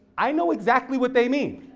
i know exactly what they mean.